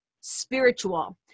Spiritual